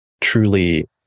truly